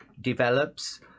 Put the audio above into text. develops